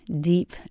deep